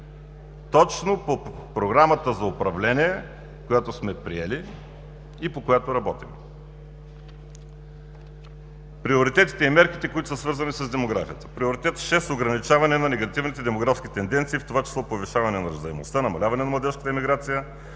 точно по Програмата за управление, която сме приели и по която работим. Приоритетите и мерките, които са свързани с демографията: Приоритет 6: Ограничаване на негативните демографски тенденции, в това число повишаване на раждаемостта, намаляване на младежката емиграция,